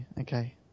Okay